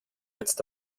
jetzt